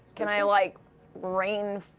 can i like rain